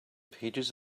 pages